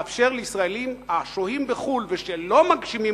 לאפשר לישראלים השוהים בחוץ-לארץ ולא מגשימים